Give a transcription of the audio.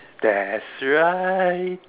that's right